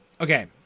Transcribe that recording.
okay